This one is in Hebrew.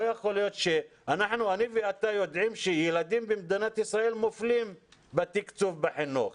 אני ואתה יודעים שילדים במדינת ישראל מופלים בתקצוב בחינוך,